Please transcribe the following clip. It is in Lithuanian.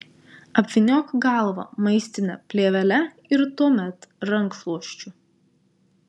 apvyniok galvą maistine plėvele ir tuomet rankšluosčiu